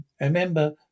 Remember